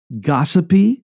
gossipy